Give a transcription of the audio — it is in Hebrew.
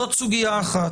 זאת סוגיה אחת.